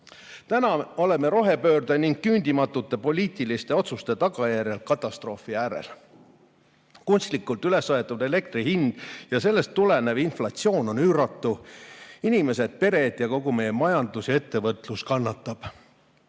ajal. Täna oleme rohepöörde ning küündimatute poliitiliste otsuste tagajärjel katastroofi äärel. Kunstlikult üles aetud elektri hind ja sellest tulenev inflatsioon on üüratud. Inimesed, pered, kogu meie majandus ja ettevõtlus kannatavad.